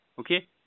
Okay